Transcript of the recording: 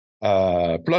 Plus